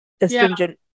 astringent